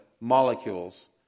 molecules